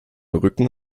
rücken